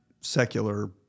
secular